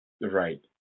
Right